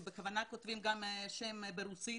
הם בכוונה כותבים גם שם ברוסית,